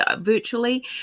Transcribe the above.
virtually